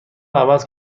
عوض